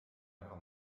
ära